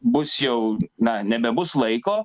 bus jau na nebebus laiko